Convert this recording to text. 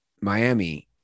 Miami